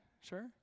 Sure